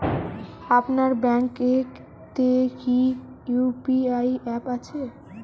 আপনার ব্যাঙ্ক এ তে কি ইউ.পি.আই অ্যাপ আছে?